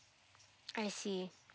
I see